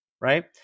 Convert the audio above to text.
Right